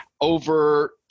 over